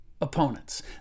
opponents